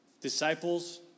disciples